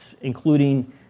including